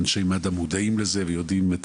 אנשי מד"א מודעים לזה ויודעים.